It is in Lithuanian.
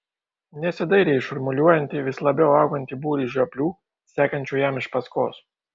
nesidairė į šurmuliuojantį vis labiau augantį būrį žioplių sekančių jam iš paskos